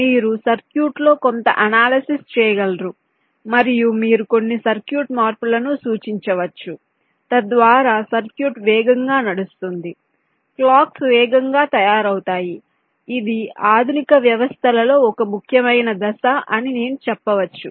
మీరు సర్క్యూట్లో కొంత అనాలిసిస్ చేయగలరు మరియు మీరు కొన్ని సర్క్యూట్ మార్పులను సూచించవచ్చు తద్వారా సర్క్యూట్ వేగంగా నడుస్తుంది క్లాక్ స్ వేగంగా తయారవుతాయి ఇది ఆధునిక వ్యవస్థలలో ఒక ముఖ్యమైన దశ అని నేను చెప్పవచ్చు